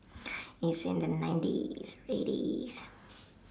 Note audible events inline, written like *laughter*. *breath* it's in the nineties